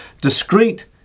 discrete